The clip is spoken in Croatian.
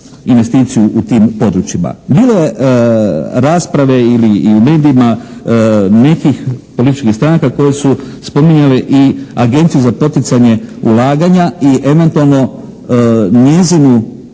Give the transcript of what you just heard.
investiciju u tim područjima. Bilo je rasprave ili i u medijima nekih političkih stranaka koje su spominjale i Agenciju za poticanje ulaganja i eventualno njezinu